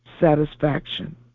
satisfaction